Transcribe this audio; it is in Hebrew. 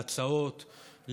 להצעות,